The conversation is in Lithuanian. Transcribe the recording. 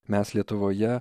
mes lietuvoje